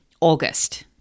August